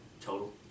total